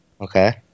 Okay